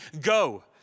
go